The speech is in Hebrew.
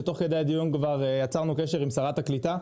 שתוך כדי הדיון יצרנו קשר עם שרת הקליטה.